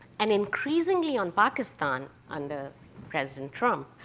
and increasingly on pakistan, under president trump.